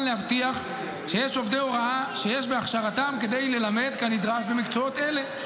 להבטיח שיש עובדי הוראה שיש בהכשרתם כדי ללמד כנדרש מקצועות אלה.